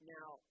Now